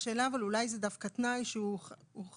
אולי זה דווקא תנאי שהוא חד-ערכי,